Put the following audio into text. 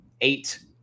eight